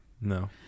No